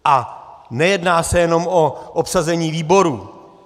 A nejedná se jenom o obsazení výborů.